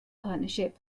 partnership